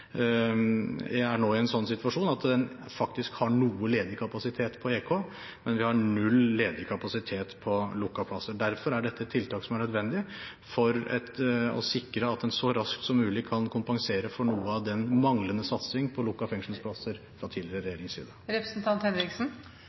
faktisk har noe ledig kapasitet, men vi har null ledig kapasitet på lukkede plasser. Derfor er dette et tiltak som er nødvendig for å sikre at en så raskt som mulig kan kompensere for noe av den manglende satsingen på lukkede fengselsplasser fra tidligere regjerings